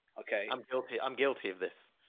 okay. i'm guilty. i'm guilty of this.